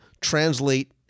translate